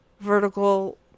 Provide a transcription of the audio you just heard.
vertical